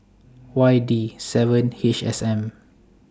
Y D seven H S M